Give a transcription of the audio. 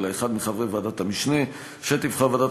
אלא אחד מחברי ועדת המשנה שתבחר ועדת